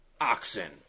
oxen